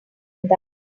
that